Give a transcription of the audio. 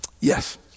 Yes